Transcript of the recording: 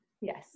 Yes